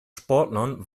sportlern